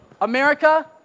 America